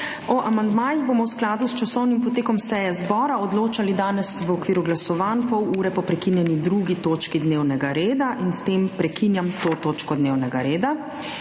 O amandmajih bomo v skladu s časovnim potekom seje zbora odločali danes v okviru glasovanj, pol ure po prekinjeni 2. točki dnevnega reda. In s tem prekinjam to točko dnevnega reda.